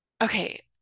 okay